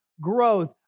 growth